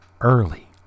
early